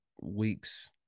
weeks